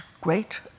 great